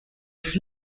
els